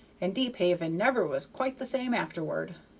and deephaven never was quite the same afterward,